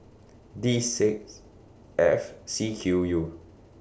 D six F C Q U